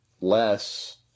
less